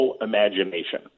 imagination